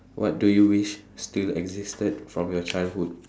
what do you wish still existed from your childhood